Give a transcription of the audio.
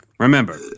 Remember